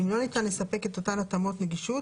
אם לא ניתן לספק את אותן התאמות נגישות,